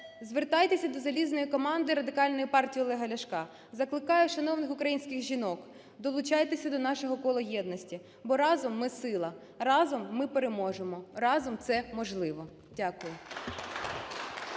Звертайтеся до "залізної команди" Радикальної партії Олега Ляшка. Закликаю шановних українських жінок: долучайтеся до нашого кола єдності, бо разом ми – сила, разом ми переможемо, разом це можливо. Дякую.